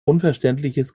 unverständliches